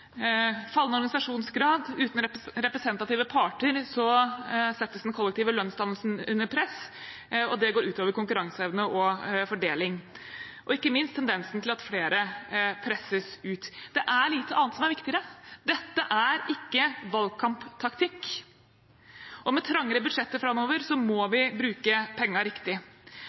fallende organisasjonsgrad. Uten representative parter settes den kollektive lønnsdannelsen under press, og det går ut over konkurranseevne og fordeling og fører ikke minst til at flere presses ut. Det er lite annet som er viktigere. Dette er ikke valgkamptaktikk. Med trangere budsjetter framover må vi bruke pengene riktig.